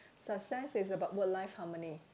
success is about work life harmony